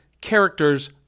characters